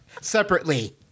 separately